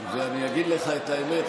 שלא ישאלו אותך למה אתה מחייך.